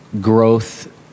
growth